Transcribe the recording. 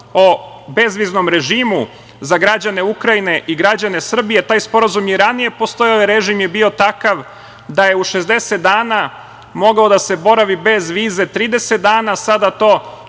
o bezviznom režimu, za građane Ukrajine i građane Srbije, taj sporazum je i ranije postojao i režim je bio takav da je u 60 dana, mogao da se boravi bez vize 30 dana, a sada to